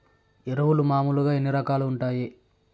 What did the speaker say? ఎరువులు మామూలుగా ఎన్ని రకాలుగా వుంటాయి?